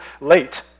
late